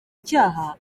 icyaha